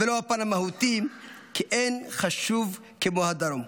ולא בפן המהותי, כי אין חשוב כמו הדרום.